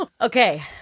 Okay